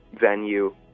venue